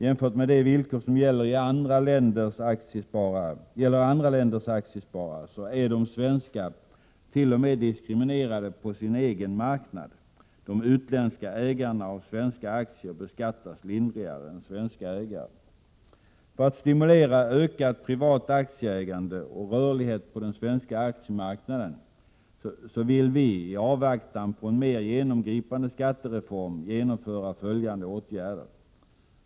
Jämfört med de villkor som gäller för andra länders aktiesparare är de svenskat.o.m. diskriminerade på sin egen marknad: de utländska ägarna av För att stimulera ökat privat aktieägande och rörlighet på den svenska — 7 april 1988 aktiemarknaden vill vi, i avvaktan på en mer genomgripande skattereform, genomföra följande åtgärder.